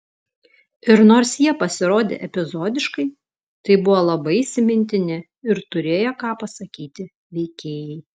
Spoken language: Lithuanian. ir nors jie pasirodė epizodiškai tai buvo labai įsimintini ir turėję ką pasakyti veikėjai